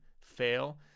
fail